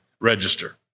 register